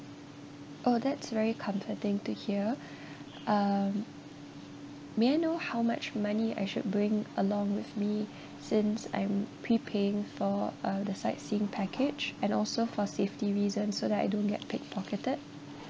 oh that's very comforting to hear um may I know how much money I should bring along with me since I'm pre-paying for uh the sightseeing package and also for safety reasons so that I don't get pickpocketed